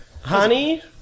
Honey